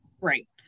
right